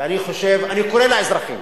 אני קורא לאזרחים,